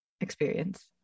experience